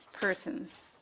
persons